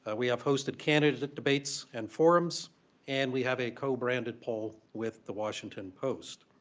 ah we have hosted candidate debates and forums and we have a co-branded poll with the washington post.